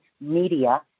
Media